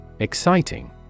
Exciting